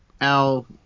Al